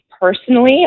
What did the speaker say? personally